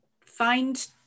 find